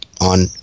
on